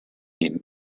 denen